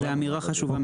זו אמירה חשובה.